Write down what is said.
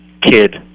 kid